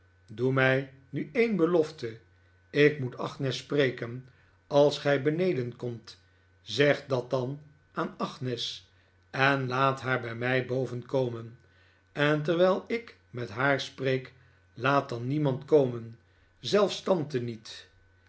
doe mij nu een belofte ik moet agnes spreken als gij beneden komt zeg dat dan aan agnes en laat haar bij mij boven komenj en terwijl ik met haar spreek laat dan niemand komen zelfs tante niet